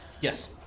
Yes